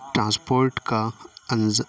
transport کا